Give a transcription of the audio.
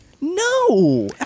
No